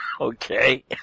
Okay